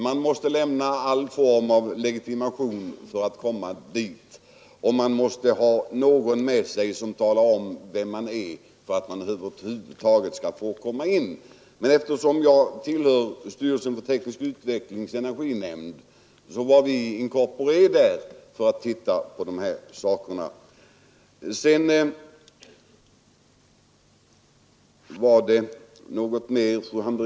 Man måste lämna legitimation, och man måste ha någon med sig som talar om vem man är, om man över huvud taget skall få komma in. Jag tillhör styrelsen för teknisk utvecklings energinämnd, och vi var där in corpore för att titta på dessa saker.